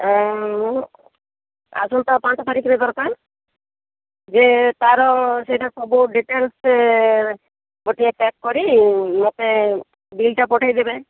ଆଉ ଯେ ତାର ସେଇଟା ସବୁ ଡିଟେଲସ ଗୋଟିଏ ପ୍ୟାକ କରି ମତେ ବିଲ ଟା ପଠେଇ ଦେବେ